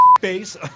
face